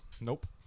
Nope